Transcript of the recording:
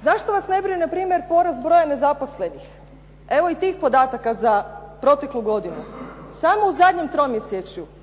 Zašto vas ne brine na primjer porast broja nezaposlenih? Evo i tih podataka za proteklu godinu. Samo u zadnjem tromjesečju